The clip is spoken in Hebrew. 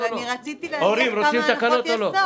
רגע, רציתי להגיד כמה הנחות יסוד.